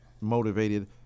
motivated